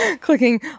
clicking